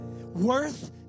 worth